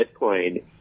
Bitcoin